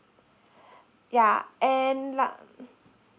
ya and